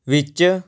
ਵਿੱਚ